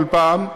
כל פעם,